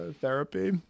therapy